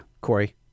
Corey